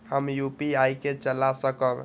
हम यू.पी.आई के चला सकब?